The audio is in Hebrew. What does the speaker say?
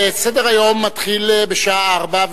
סדר היום מתחיל בשעה 16:00,